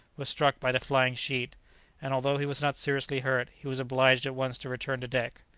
was struck by the flying sheet and although he was not seriously hurt, he was obliged at once to return to deck.